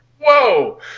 whoa